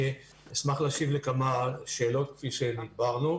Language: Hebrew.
אני אשמח להשיב לכמה שאלות כפי שדיברנו.